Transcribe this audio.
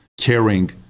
caring